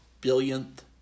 billionth